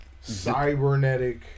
cybernetic